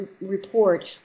report